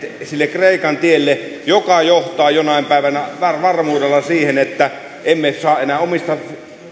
sille kreikan tielle joka johtaa jonain päivänä varmuudella siihen että emme saa enää omista